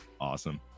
awesome